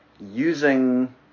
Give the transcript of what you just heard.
using